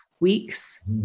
week's